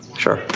sure.